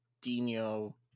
Dino